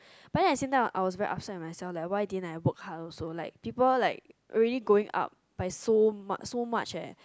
but then I seat down I was very upset myself leh why didn't I work hard also like people like really going up by so much so much leh